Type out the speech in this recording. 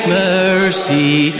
mercy